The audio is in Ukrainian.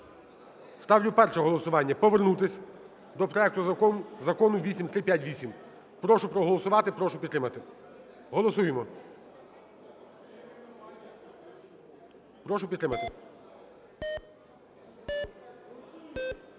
Ставлю перше голосування: повернутись до проекту Закону 8358. Прошу проголосувати, прошу підтримати. Голосуємо. Прошу підтримати.